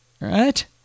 right